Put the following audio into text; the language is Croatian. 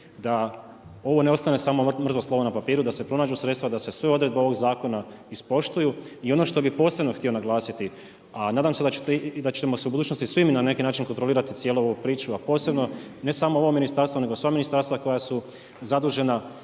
da ovo ne ostane samo mrtvo slovo na papiru, da se pronađu sredstva, da se sve odredbe ovog zakona ispoštuju i ono što bi posebno htio naglasiti, a nadam se da ćemo u budućnosti svi mi na neki način kontrolirati cijelu ovu priču a posebno ne samo ovo ministarstvo nego sva ministarstva koja su zadužena